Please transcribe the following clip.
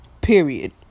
Period